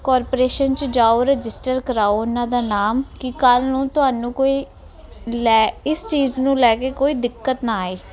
corporation 'ਚ ਜਾਓ register ਕਰਾਓ ਉਹਨਾਂ ਦਾ ਨਾਮ ਕਿ ਕੱਲ ਨੂੰ ਤੁਹਾਨੂੰ ਕੋਈ ਲੈ ਇਸ ਚੀਜ਼ ਨੂੰ ਲੈ ਕੇ ਕੋਈ ਦਿੱਕਤ ਨਾ ਆਏ